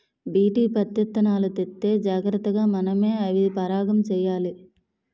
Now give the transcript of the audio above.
BT పత్తిత్తనాలు తెత్తే జాగ్రతగా మనమే అవి పరాగం చెయ్యాలి